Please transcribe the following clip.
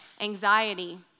anxiety